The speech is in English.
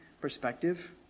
perspective